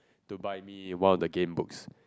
to buy me one of the game books